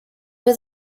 was